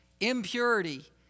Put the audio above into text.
impurity